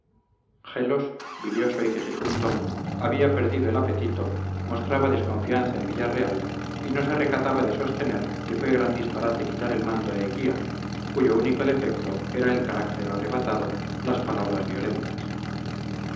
gelos bilioso y cejijunto había perdido el apetito mostraba desconfianza de villarreal y no se recataba de sostener que fue gran disparate quitar el mando a eguía cuyo único defecto era el carácter arrebatado las palabras violentas